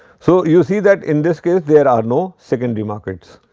so, you see that in this case there are no secondary markets.